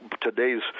today's